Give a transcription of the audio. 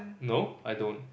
no I don't